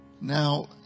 Now